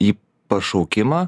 į pašaukimą